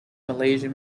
malaysian